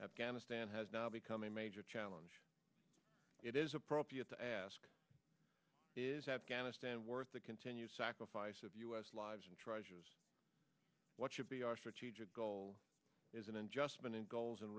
afghanistan has now become a major challenge it is appropriate to ask is afghanistan worth the continued sacrifice of u s lives and try what should be our strategic goal is an unjust been and goals and